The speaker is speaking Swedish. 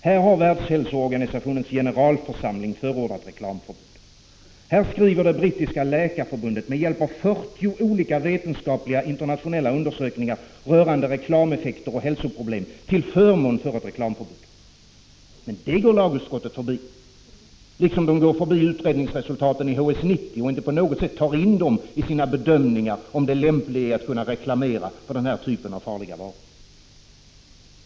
Här har Världshälsoorganisationens generalförsamling förordat reklamförbud. Här skriver det brittiska läkarförbundet med hjälp av 40 olika vetenskapliga internationella undersökningar rörande reklameffekter och hälsoproblem till förmån för ett reklamförbud. Men det går lagutskottet förbi, liksom det går förbi utredningsresultaten i HS 90 och inte på något sätt tar in dem i sina bedömningar av om det är lämpligt att reklamera för den här typen av farlig vara.